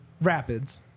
Rapids